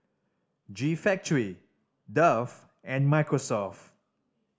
G Factory Dove and Microsoft